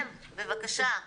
בבקשה.